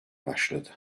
başladı